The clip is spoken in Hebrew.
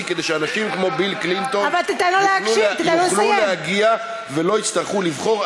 כדי שאנשים כמו ביל קלינטון יוכלו להגיע ולא יצטרכו לבחור.